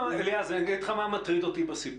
אליעז, אגיד לך מה מטריד אותי בסיפור.